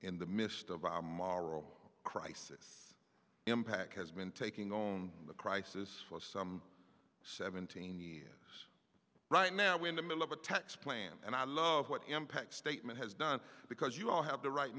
in the midst of a maro crisis impact has been taking on the crisis of some seventeen years right now in the middle of a tax plan and i love what impact statement has done because you all have the right